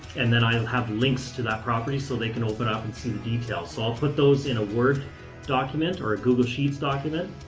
and then i have links to that property so they can open up and see the details. so i'll put those in a word document or a google sheets document,